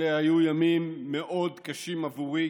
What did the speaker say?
אלה היו ימים מאוד קשים בעבורי,